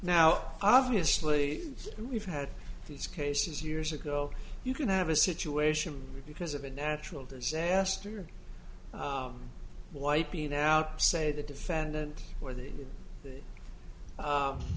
now obviously we've had these cases years ago you can have a situation because of a natural disaster wiping out say the defendant or the